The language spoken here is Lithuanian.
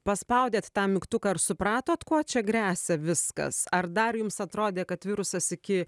paspaudėt tą mygtuką ar supratot kuo čia gresia viskas ar dar jums atrodė kad virusas iki